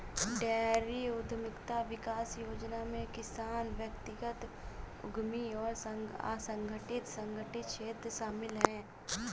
dairy उद्यमिता विकास योजना में किसान व्यक्तिगत उद्यमी और असंगठित संगठित क्षेत्र शामिल है